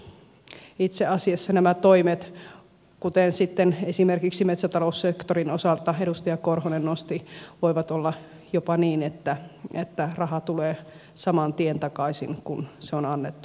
joskus itse asiassa nämä toimet kuten sitten esimerkiksi metsätaloussektorin osalta edustaja korhonen nosti esiin voivat olla jopa sellaisia että raha tulee saman tien takaisin kun se on annettu